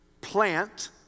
plant